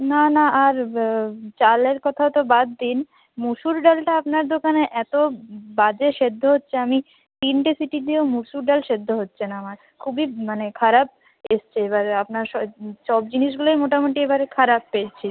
না না আর চালের কথা তো বাদ দিন মুসুর ডালটা আপনার দোকানে এতো বাজে সেদ্ধ হচ্ছে আমি তিনটে সিটি দিয়েও মুসুর ডাল সেদ্ধ হচ্ছে না আমার খুবই মানে খারাপ এসছে এবারে আপনার সব জিনিসগুলোই মোটামোটি এবারে খারাপ পেয়েছি